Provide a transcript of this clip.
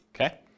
okay